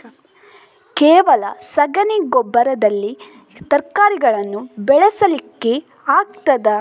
ಕೇವಲ ಸಗಣಿ ಗೊಬ್ಬರದಲ್ಲಿ ತರಕಾರಿಗಳನ್ನು ಬೆಳೆಸಲಿಕ್ಕೆ ಆಗ್ತದಾ?